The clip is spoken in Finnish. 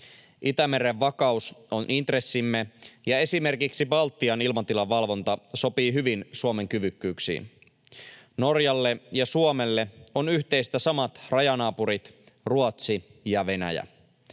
Itämeren vakaus on intressimme, ja esimerkiksi Baltian ilmatilan valvonta sopii hyvin Suomen kyvykkyyksiin. Norjalle ja Suomelle ovat yhteisiä samat rajanaapurit, Ruotsi ja Venäjä.